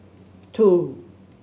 two